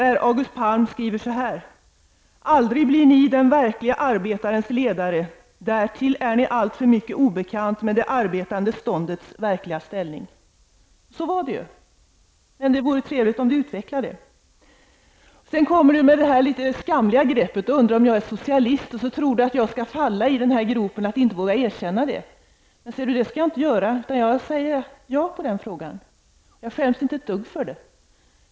August Palm skrev följande: ''Aldrig blir ni den verkliga arbetarens ledare, därtill är ni alltför mycket obekant med det arbetande ståndets verkliga ställning.'' Så var det ju. Men det vore trevligt om Lars Ernestam utvecklade detta. Sedan kom Lars Ernestam med det litet skamliga greppet och undrade om jag är socialist. Då tror han att jag skall falla i gropen att inte våga erkänna att jag är det. Men det skall jag inte göra, utan jag svarar ja på den frågan. Och jag skäms inte ett dugg för det.